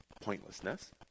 pointlessness